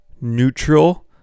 neutral